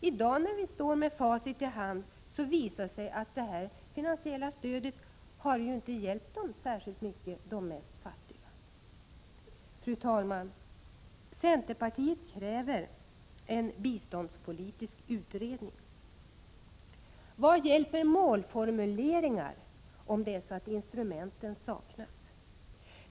I dag, när vi står med facit i hand, ser vi att det rent finansiella stödet tydligen inte har hjälpt de fattigaste särskilt mycket. Fru talman! Centerpartiet kräver en biståndspolitisk utredning. Vad hjälper målformuleringar om instrumenten saknas?